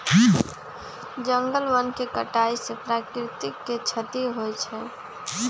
जंगल वन के कटाइ से प्राकृतिक के छति होइ छइ